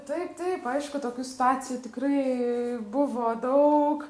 taip taip aišku tokių situacijų tikrai buvo daug